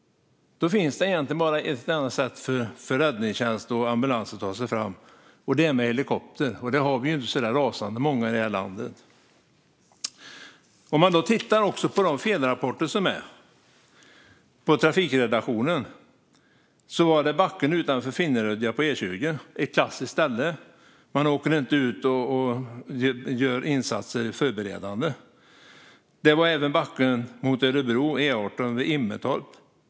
Då finns det egentligen bara ett sätt för räddningstjänst och ambulans att ta sig fram, och det är med helikopter. Och sådana har vi inte så rasande många av i det här landet. Låt oss titta på de felrapporter som kommit in till trafikredaktionen. Det handlade om E20 och backen utanför Finnerödja, ett klassiskt ställe. Man åkte inte ut och gjorde förberedande insatser. Det var stopp på E18 vid Immetorp, i backen mot Örebro.